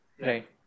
Right